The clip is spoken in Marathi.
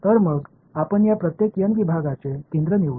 तर मग आपण या प्रत्येक n विभागांचे केंद्र निवडू